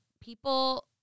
people